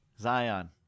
zion